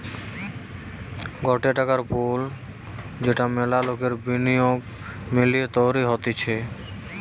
গটে টাকার পুল যেটা মেলা লোকের বিনিয়োগ মিলিয়ে তৈরী হতিছে